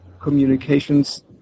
communications